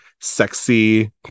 sexy